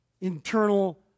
internal